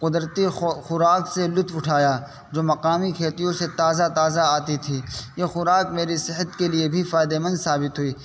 قدرتی خوراک سے لطف اٹھایا جو مقامی کھیتیوں سے تازہ تازہ آتی تھی یہ خوراک میری صحت کے لیے بھی فائدے مند ثابت ہوئی